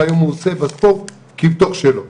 והיום הוא עושה בספורט כבתוך שלו.